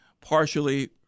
partially